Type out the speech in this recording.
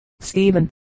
Stephen